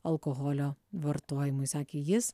alkoholio vartojimui sakė jis